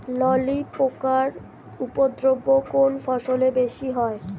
ললি পোকার উপদ্রব কোন ফসলে বেশি হয়?